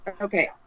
Okay